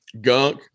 Gunk